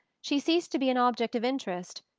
she ceased to be an object of interest,